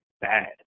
bad